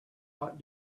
what